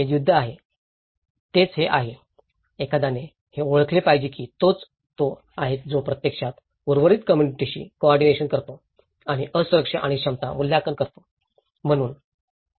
हे युद्ध आहे तेच ते आहे एखाद्याने हे ओळखले पाहिजे की तोच तो आहे जो प्रत्यक्षात उर्वरित कम्म्युनिटीाशी कोऑर्डिनेशन करतो आणि असुरक्षा आणि क्षमता मूल्यांकन करतो